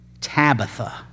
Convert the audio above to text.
Tabitha